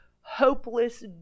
hopeless